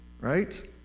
right